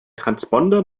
transponder